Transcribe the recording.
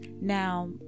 Now